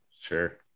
Sure